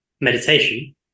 meditation